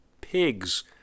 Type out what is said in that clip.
Pigs